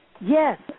Yes